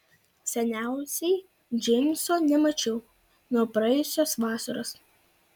seniausiai džeimso nemačiau nuo praėjusios vasaros